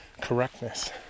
correctness